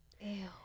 Ew